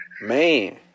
man